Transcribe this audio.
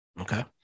Okay